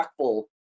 impactful